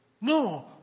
No